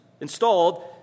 installed